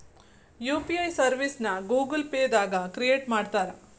UPI ಸರ್ವಿಸ್ನ Google Pay ದಾಗ create ಮಾಡ್ತಾರಾ